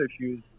issues